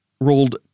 rolled